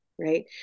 right